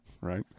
Right